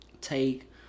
take